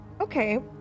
okay